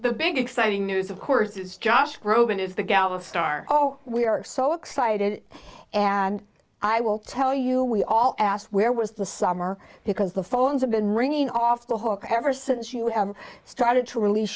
big exciting news of course is josh groban is the gal of star oh we are so excited and i will tell you we all asked where was the summer because the phones have been ringing off the hook ever since you started to release